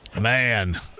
Man